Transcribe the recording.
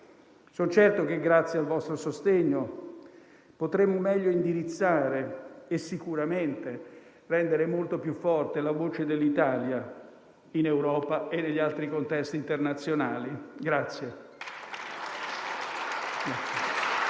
Sono certo che, grazie al vostro sostegno, potremo meglio indirizzare e sicuramente rendere molto più forte la voce dell'Italia in Europa e negli altri contesti internazionali.